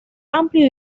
amplio